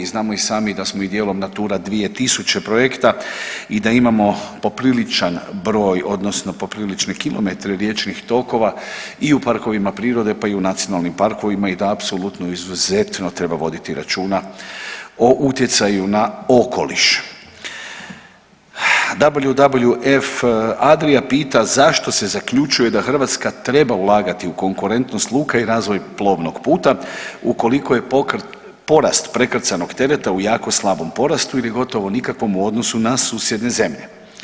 Znamo i sami da smo i dijelom Natura 2000 projekta i da imamo popriličan broj, odnosno poprilične kilometre riječnih tokova i u parkovima prirode, pa i u nacionalnim parkovima i da apsolutno izuzetno treba voditi računa o utjecaju na okoliš. … F Adria pita zašto se zaključuje da Hrvatska treba ulagati u konkurentnost luka i razvoj plovnog puta ukoliko je porast prekrcajnog tereta u jako slabom porastu ili gotovo nikakvom u odnosu na susjedne zemlje.